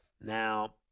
Now